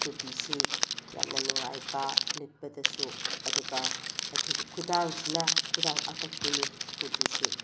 ꯀꯨꯔꯇꯤꯁꯤ ꯌꯥꯝꯅ ꯅꯨꯡꯉꯥꯏꯕ ꯂꯤꯠꯄꯗꯁꯨ ꯑꯗꯨꯒ ꯑꯩꯈꯣꯏꯒꯤ ꯈꯨꯗꯥꯡꯁꯤꯅ ꯈꯨꯗꯥꯡ ꯑꯀꯛꯄꯤꯅꯤ ꯀꯨꯔꯇꯤꯁꯤ